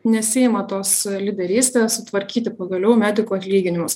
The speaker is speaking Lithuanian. nesiima tos lyderystės sutvarkyti pagaliau medikų atlyginimus